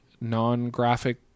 non-graphic